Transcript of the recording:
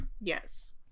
Yes